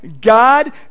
god